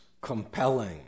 compelling